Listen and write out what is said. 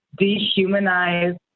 dehumanize